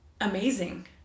Amazing